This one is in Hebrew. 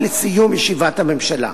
לסיום ישיבת הממשלה.